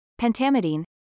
pentamidine